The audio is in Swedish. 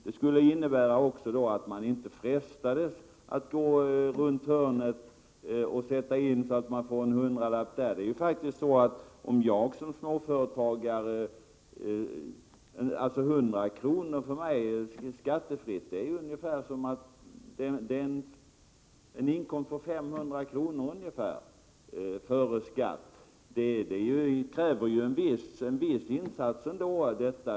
Man skulle då inte frestas att gå runt hörnet och sätta in pengar så att man får en hundralapp i ränta här och där. 100 kr. i ränta skattefritt motsvarar för många en inkomst på ungefär 500 kr. före skatt. Det krävs en viss insats för det.